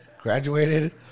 graduated